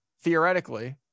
theoretically